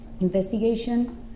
investigation